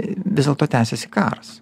vis dėlto tęsiasi karas